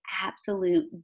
absolute